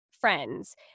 friends